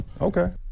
Okay